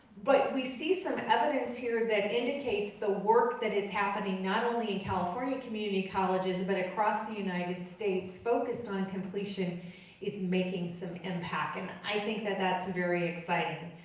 but we see some evidence here that indicates the work that is happening not only in california community colleges but across the united states focused on completion is making some impact. and i think that that's very exciting.